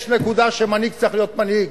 יש נקודה שמנהיג צריך להיות מנהיג.